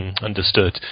Understood